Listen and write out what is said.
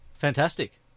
fantastic